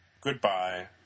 Goodbye